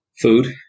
Food